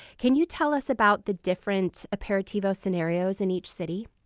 can you tell us about the different aperitivo scenarios in each city?